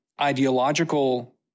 ideological